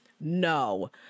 No